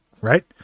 right